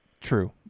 True